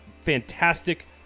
Fantastic